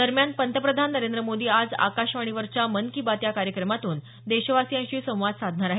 दरम्यान पंतप्रधान नरेंद्र मोदी आज आकाशवाणीवरच्या मन की बात या कार्यक्रमातून देशवासियांशी संवाद साधणार आहेत